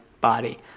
body